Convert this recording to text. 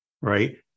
right